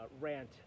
rant